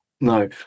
No